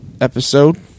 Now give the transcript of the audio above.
episode